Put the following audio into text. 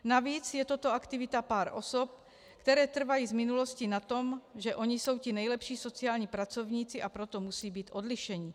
Navíc je toto aktivita pár osob, které trvaly v minulosti na tom, že oni jsou ti nejlepší sociální pracovníci, a proto musí být odlišeni.